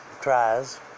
tries